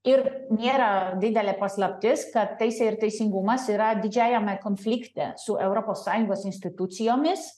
ir nėra didelė paslaptis kad teisė ir teisingumas yra didžiajame konflikte su europos sąjungos institucijomis